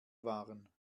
waren